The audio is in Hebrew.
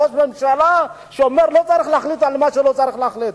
ראש ממשלה שאומר: לא צריך להחליט על מה שלא צריך להחליט.